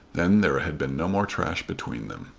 then there had been no more trash between them.